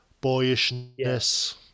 boyishness